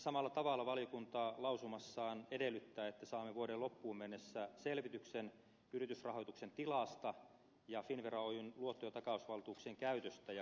samalla tavalla valiokunta lausumassaan edellyttää että saamme vuoden loppuun mennessä selvityksen yritysrahoituksen tilasta ja finnvera oyjn luotto ja takausvaltuuksien käytöstä ja kohdentumisesta